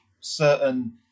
certain